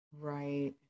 Right